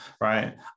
right